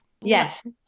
Yes